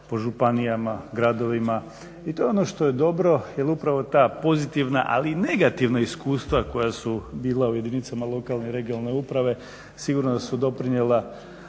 po županijama, gradovima i to je ono što je dobro jer upravo ta pozitivna, ali i negativna iskustva koja su bila u jedinicama lokalne i regionalne uprave sigurno da su doprinijela